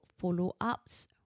follow-ups